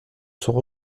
sont